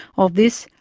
of this,